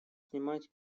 снимать